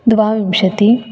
द्वाविंशतिः